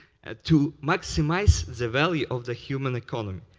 to maximize the value of the human economy.